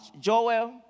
Joel